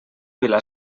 vila